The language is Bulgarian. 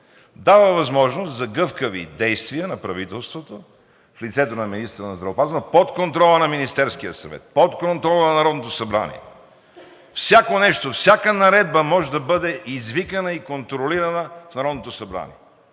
дава възможност за гъвкави действия на правителството в лицето на министъра на здравеопазването под контрола на Министерския съвет, под контрола на Народното събрание! Всяко нещо, всяка наредба може да бъде извикана и контролирана в Народното събрание